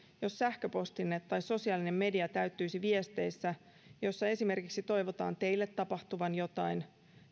jos sähköpostinne tai sosiaalinen media täyttyisi viesteistä joissa esimerkiksi toivotaan teille tapahtuvan jotain